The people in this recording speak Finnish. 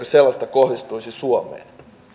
sellaista kohdistuisi suomeen